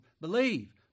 Believe